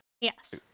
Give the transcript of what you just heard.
Yes